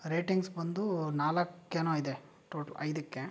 ratings ಬಂದು ನಾಲಕ್ಕೇನೋ ಇದೆ ಟೋಟಲ್ ಐದಕ್ಕೆ